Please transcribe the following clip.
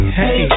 hey